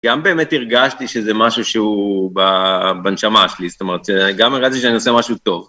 גם באמת הרגשתי שזה משהו שהוא בנשמה שלי, זאת אומרת, גם הרגשתי שאני עושה משהו טוב.